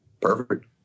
perfect